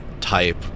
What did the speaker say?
type